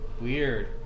Weird